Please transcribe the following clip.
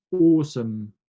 awesome